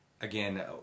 Again